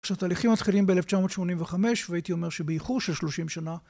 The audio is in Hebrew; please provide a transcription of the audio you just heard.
שהתהליכים מתחילים באלף תשע מאות שמונים וחמש והייתי אומר שבאיחור של שלושים שנה